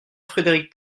frédéric